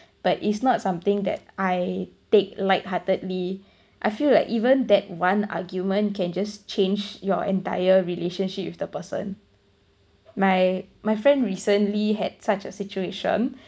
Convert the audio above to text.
but it's not something that I take light heartedly I feel like even that one argument can just change your entire relationship with the person my my friend recently had such a situation